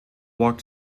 walked